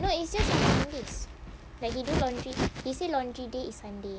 no it's just on sundays like they do laundry he say laundry day is sunday